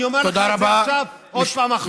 אני אומר לך את זה עכשיו עוד פעם אחרונה.